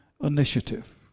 initiative